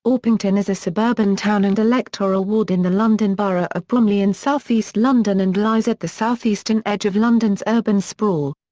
orpington is a suburban town and electoral ward in the london borough of bromley in south east london and lies at the south-eastern edge of london's urban sprawl.